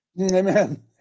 Amen